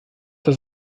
das